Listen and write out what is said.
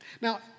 Now